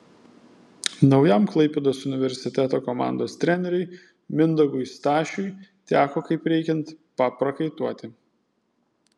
naujam klaipėdos universiteto komandos treneriui mindaugui stašiui teko kaip reikiant paprakaituoti